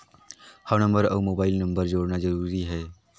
हव नंबर अउ mobile number जोड़ना जरूरी हे?